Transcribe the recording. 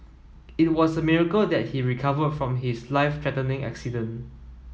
it was a miracle that he recovered from his life threatening accident